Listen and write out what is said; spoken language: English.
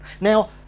Now